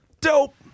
Dope